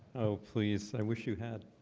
oh please i wish you had